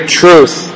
truth